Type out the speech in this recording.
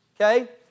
Okay